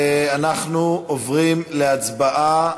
אנחנו עוברים להצבעה.